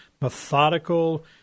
methodical